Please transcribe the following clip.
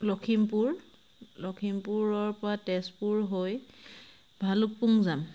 লখিমপুৰ লখিমপুৰৰ পৰা তেজপুৰ হৈ ভালুকপুং যাম